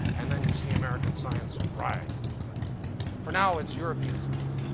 and then you see american science rise. but for now it's european science.